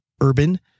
urban